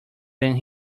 than